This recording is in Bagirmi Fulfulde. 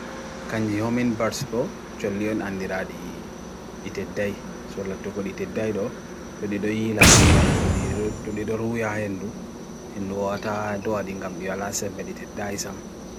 Hummingbird ɓe heɓi seede haawru e monɗo ciiɓe, heɓi siwri. Miijeeji hokkita puccu njahorndu sidi.